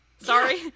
Sorry